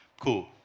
cool